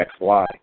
XY